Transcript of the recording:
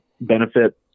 benefit